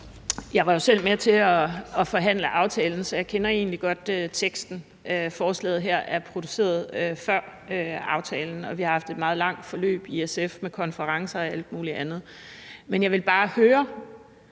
Jeg var jo selv med til at forhandle aftalen, så jeg kender egentlig godt teksten. Forslaget her er produceret før aftalen, og vi har haft et meget langt forløb i SF med konferencer og al mulig andet. Jeg vil bare høre,